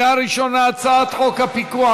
ולגבי ההערות של השר חיים כץ,